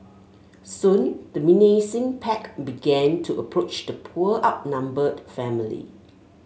soon the menacing pack began to approach the poor outnumbered family